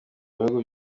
mubihugu